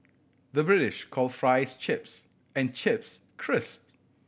the British call fries chips and chips crisps